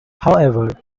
however